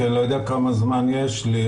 כי אני לא יודע כמה זמן יש לי,